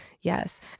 Yes